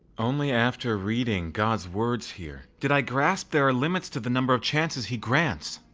only after reading god's words here did i grasp there are limits to the number of chances he grants.